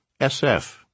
SF